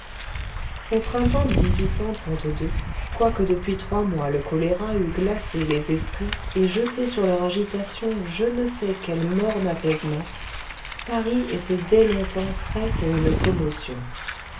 au printemps de quoique depuis trois mois le choléra eût glacé les esprits et jeté sur leur agitation je ne sais quel morne apaisement paris était dès longtemps prêt pour une commotion